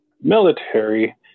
military